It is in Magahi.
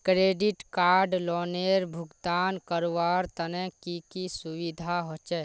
क्रेडिट कार्ड लोनेर भुगतान करवार तने की की सुविधा होचे??